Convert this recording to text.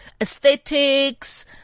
aesthetics